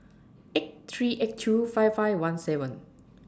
eight three eight two five five one seven